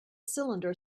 cylinder